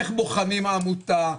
איך בוחנים עמותה,